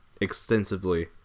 extensively